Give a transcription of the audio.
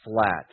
flat